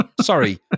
Sorry